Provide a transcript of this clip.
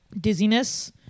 dizziness